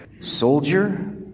soldier